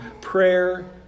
prayer